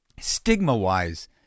stigma-wise